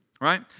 right